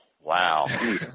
Wow